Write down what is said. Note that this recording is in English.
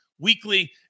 Weekly